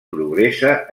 progressa